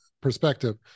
perspective